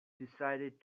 decided